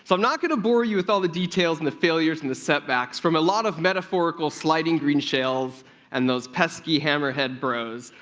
so i'm not going to bore you with all the details and the failures and the setbacks from a lot of metaphorical sliding green shells and those pesky hammerhead bros,